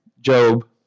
Job